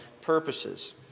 purposes